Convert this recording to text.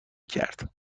کرد